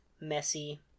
messy